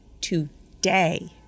today